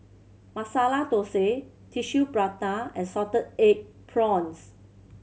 Masala Thosai Tissue Prata and salted egg prawns